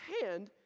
hand